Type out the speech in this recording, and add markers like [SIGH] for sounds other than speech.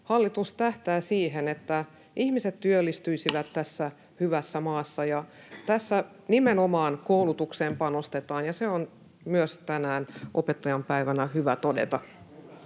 hallitus tähtää siihen, että ihmiset työllistyisivät tässä hyvässä maassa. [NOISE] Tässä nimenomaan panostetaan koulutukseen, ja se on myös tänään, opettajan päivänä, hyvä todeta.